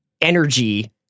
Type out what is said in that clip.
energy